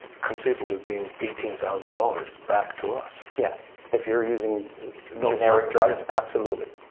conceivably being eighteen thousand dollars back to us. yes, if you're using the generic drugs, absolutely.